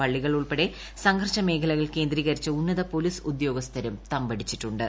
പള്ളികൾ ഉൾപ്പെടെ സംഘർഷ മേഖലകൾ കേന്ദ്രീകരിച്ച് ഉന്നത പൊലീസ് ഉദ്യോഗസ്ഥരും തമ്പടിച്ചിട്ടുണ്ട്